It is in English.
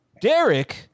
Derek